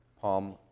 Palm